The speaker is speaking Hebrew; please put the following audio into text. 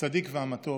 הצדיק והמתוק,